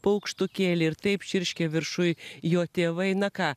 paukštukėlį ir taip čirškė viršuj jo tėvai na ką